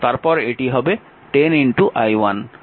তারপর এটি হবে 10 i1